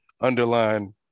underline